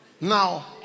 Now